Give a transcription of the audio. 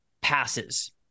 passes